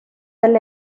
del